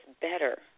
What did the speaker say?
better